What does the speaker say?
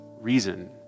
reason